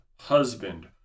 husband